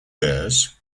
years